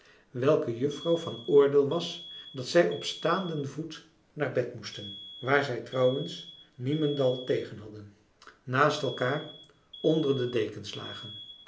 welke juffrouw van oordeel was dat zij op staanden voet naar bed moesten waar zij trouwens niemendal tegen hadden naast elkaar onder de dekens lagen